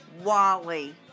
Wally